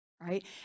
Right